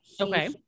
okay